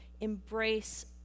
embrace